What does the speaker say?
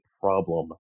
problem